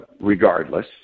regardless